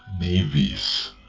Navies